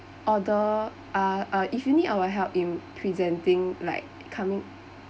order ah ah if you need our help in presenting like coming